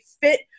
fit